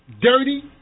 Dirty